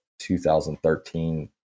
2013